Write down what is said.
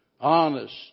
honest